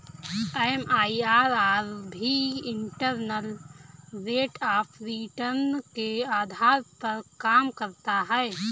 MIRR भी internal rate of return के आधार पर काम करता है